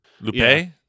Lupe